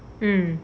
mm